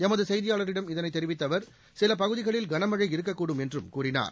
எமது செய்தியாளரிடம் இதனைத் தெரிவித்த அவர் சில பகுதிகளில் கனமழை இருக்கக்கூடும் என்றும் கூறினார்